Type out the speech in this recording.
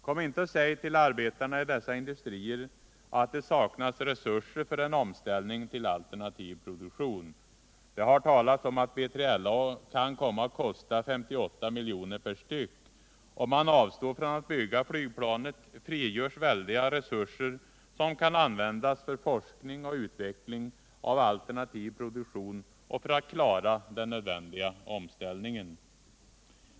Kom inte och säg till arbetarna i dessa industrier att det saknas resurser för en omställning till alternativ produktion. Det har talats om att BILA kan komma att kosta 58 milj.kr. per styck. Om man avstår från att bygga flygplanet, frigörs väldiga resurser som kan användas för forskning och utveckling av alternativ produktion och för att klara den nödvändiga omställningen.